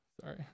sorry